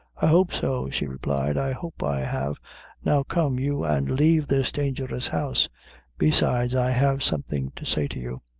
i hope so, she replied, i hope i have now come you and leave this dangerous house besides i have something to say to you.